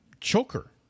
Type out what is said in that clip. Choker